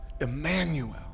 Emmanuel